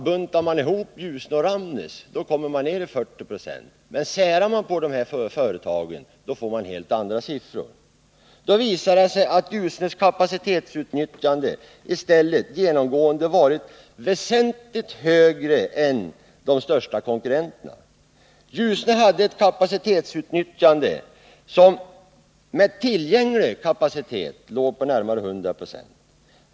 Buntar man ihop Ljusne och Ramnäs kommer man ned till 40 96, men särar man på dessa företag får man helt andra siffror. Då visar det sig att Ljusnes kapacitetsutnyttjande i stället genomgående varit väsentligt högre än de största konkurrenternas. Ljusne hade ett kapacitetsutnyttjande — med tillgänglig kapacitet — på närmare 100 26.